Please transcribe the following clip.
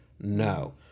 No